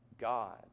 God